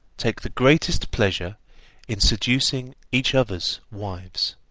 take the greatest pleasure in seducing each other's wives.